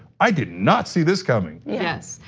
i did not see this coming. yes,